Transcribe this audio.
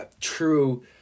true